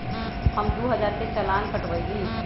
हम दु हजार के चालान कटवयली